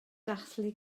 dathlu